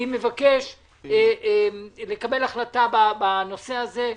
אני מבקש לקבל החלטה בנושא הזה.